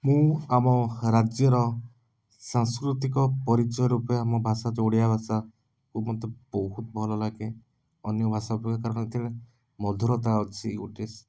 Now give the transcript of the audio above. ମୁଁ ଆମ ରାଜ୍ୟର ସାଂସ୍କୃତିକ ପରିଚୟ ରୂପେ ଆମ ଭାଷା ତ ଓଡ଼ିଆ ଭାଷାକୁ ମୋତେ ବହୁତ ଭଲଲାଗେ ଅନ୍ୟଭାଷା ଅପେକ୍ଷା କାରଣ ଏଥିରେ ମଧୁରତା ଅଛି ଗୋଟେ ସି